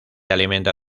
alimenta